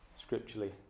scripturally